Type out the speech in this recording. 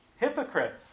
hypocrites